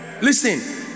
listen